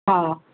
हा